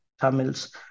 Tamils